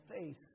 face